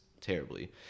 terribly